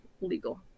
legal